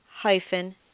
hyphen